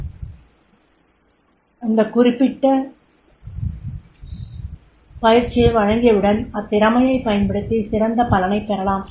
அந்த குறிப்பிட்ட பயிற்சியை வழங்கியவுடன் அத்திறமையைப் பயன்படுத்தி சிறந்த பலனைப் பெறலாம்